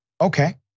Okay